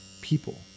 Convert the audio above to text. people